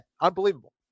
Unbelievable